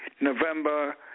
November